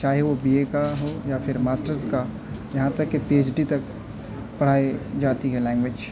چاہے وہ B A کا ہو یا پھر ماسٹرس کا یہاں تک کہ پی ایچ ڈی تک پڑھائی جاتی ہے لینگویج